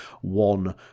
one